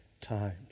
times